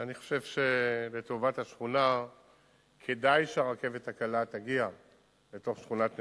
אני חושב שלטובת השכונה כדאי שהרכבת הקלה תגיע לתוך שכונת נווה-יעקב.